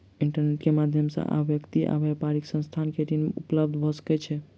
internet के माध्यम से आब व्यक्ति आ व्यापारिक संस्थान के ऋण उपलब्ध भ सकै छै